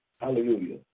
Hallelujah